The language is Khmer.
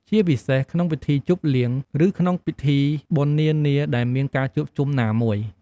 ជាពិសេសក្នុងពិធីជប់លៀង ឬក្នុងពិធីបុណ្យនានាដែលមានការជួបជុំណាមួយ។